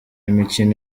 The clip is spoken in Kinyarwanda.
imikino